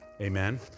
Amen